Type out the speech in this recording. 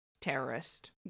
terrorist